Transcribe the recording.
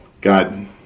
God